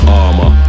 armor